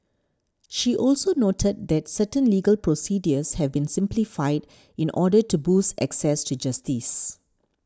she also noted that certain legal procedures have been simplified in order to boost access to justice